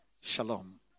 shalom